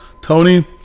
Tony